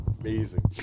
amazing